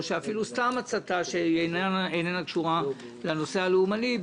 או אפילו סתם הצתה שאיננה קשורה לנושא הלאומני.